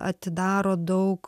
atidaro daug